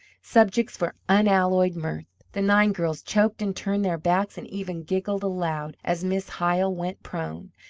subjects for unalloyed mirth. the nine girls choked and turned their backs and even giggled aloud as miss hyle went prone,